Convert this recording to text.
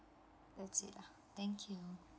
that's it thank you